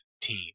team